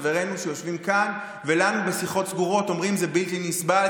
חברינו שיושבים כאן ולנו בשיחות סגורות אומרים: זה בלתי נסבל,